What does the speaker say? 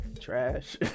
trash